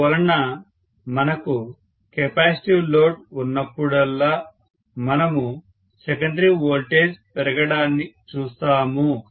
అందువలన మనకు capacitive load ఉన్నప్పుడల్లా మనము సెకండరీ వోల్టేజ్ పెరగడాన్ని చూస్తాము